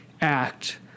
act